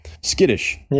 skittish